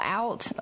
out